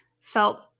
felt